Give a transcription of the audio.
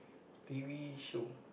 t_v show